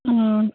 ம்